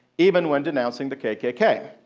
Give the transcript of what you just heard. even when denouncing the kkk.